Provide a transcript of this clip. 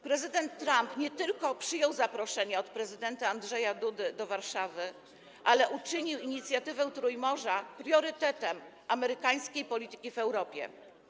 Prezydent Trump nie tylko przyjął zaproszenie od prezydenta Andrzeja Dudy do Warszawy, ale uczynił inicjatywę Trójmorza priorytetem amerykańskiej polityki w Europie.